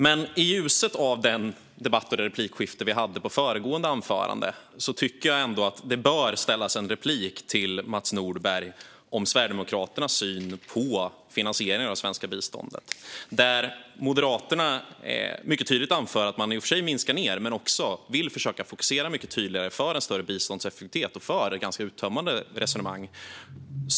Men i ljuset av den debatt och det replikskifte vi hade i samband med föregående anförande tycker jag ändå att det bör ställas en replik till Mats Nordberg om Sverigedemokraternas syn på finansieringen av det svenska biståndet. Moderaterna anför mycket tydligt att man i och för sig minskar ned men också vill försöka fokusera tydligare för en större biståndseffektivitet, och man för ett ganska uttömmande resonemang.